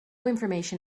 information